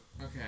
Okay